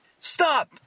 Stop